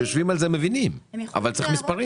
כשיושבים על זה, מבינים, אבל צריכים מספרים.